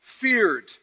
feared